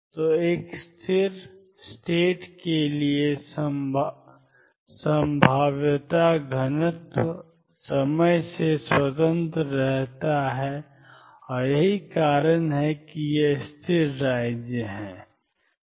तो एक स्थिर राज्यों के लिए संभाव्यता घनत्व समय से स्वतंत्र रहता है और यही कारण है कि ये स्थिर राज्य हैं